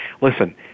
listen